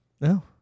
No